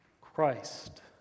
Christ